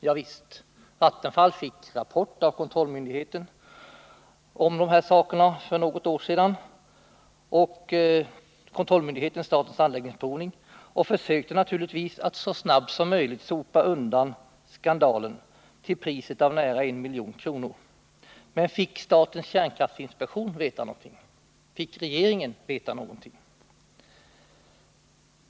Javisst, Vattenfall fick för något år sedan rapport om dessa saker av kontrollmyndigheten statens anläggningsprovning och försökte naturligtvis att snarast möjligt sopa skandalen under mattan, till priset av nära 1 milj.kr. Men fick statens kärnkraftinspektion eller regeringen veta någonting?